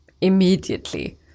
immediately